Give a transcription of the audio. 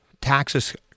Taxes